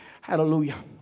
Hallelujah